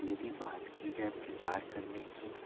यदि बात की जाए प्रचार करने की